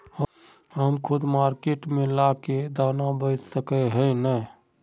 हम खुद मार्केट में ला के दाना बेच सके है नय?